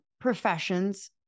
professions